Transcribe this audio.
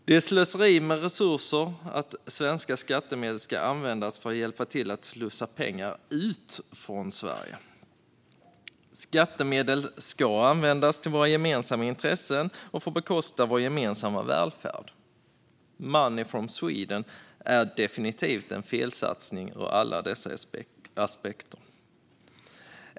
Det är slöseri med resurser att svenska skattemedel ska användas för att hjälpa till att slussa ut pengar från Sverige. Skattemedel ska användas för våra gemensamma intressen och för att bekosta vår gemensamma välfärd. Money from Sweden är definitivt en felsatsning ur alla aspekter.